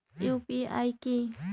UPI কি?